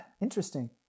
interesting